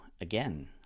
again